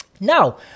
Now